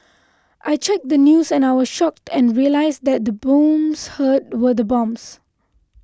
I checked the news and I was shocked and realised that the booms heard were bombs